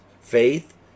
Faith